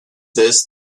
this